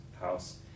house